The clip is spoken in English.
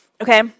Okay